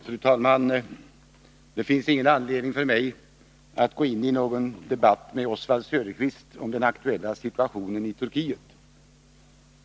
Fru talman! Det finns ingen anledning för mig att gå in i någon debatt med Oswald Söderqvist om den aktuella situationen i Turkiet.